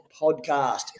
Podcast